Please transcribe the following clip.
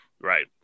Right